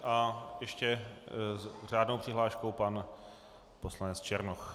A ještě s řádnou přihláškou pan poslanec Černoch.